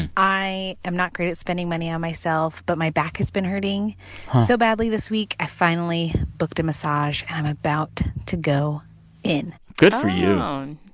and i am not great at spending money on myself. but my back has been hurting so badly this week. i finally booked a massage, and i'm about to go in good for yeah ah you